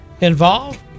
involved